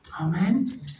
Amen